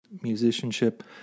musicianship